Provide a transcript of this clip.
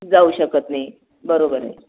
जाऊ शकत नाही बरोबर आहे